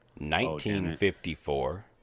1954